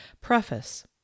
Preface